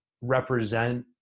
represent